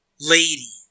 lady